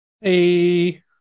Hey